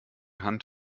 hand